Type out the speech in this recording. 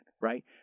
right